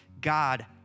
God